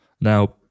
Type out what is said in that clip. Now